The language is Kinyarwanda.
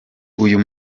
uyu